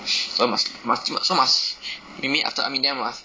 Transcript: so must must still must still must maybe after army then must